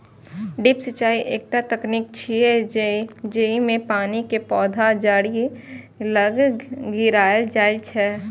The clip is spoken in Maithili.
ड्रिप सिंचाइ एकटा तकनीक छियै, जेइमे पानि कें पौधाक जड़ि लग गिरायल जाइ छै